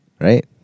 Right